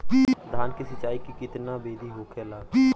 धान की सिंचाई की कितना बिदी होखेला?